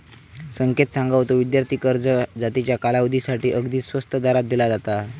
संकेत सांगा होतो, विद्यार्थी कर्ज जास्तीच्या कालावधीसाठी अगदी स्वस्त दरात दिला जाता